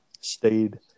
stayed